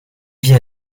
vit